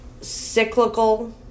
cyclical